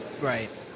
right